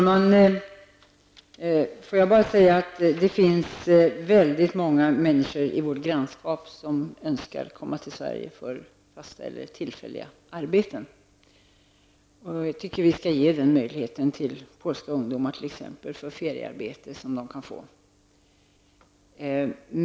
Herr talman! Det finns väldigt många människor i vårt grannskap som önskar komma till Sverige för att få fasta eller tillfälliga arbeten. Jag tycker att vi skall ge möjlighet för t.ex. polska ungdomar för feriearbete som de kan få här.